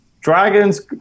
Dragons